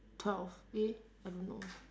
twelve eh I don't know